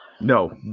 No